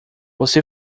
você